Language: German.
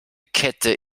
kette